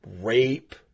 rape